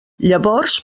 llavors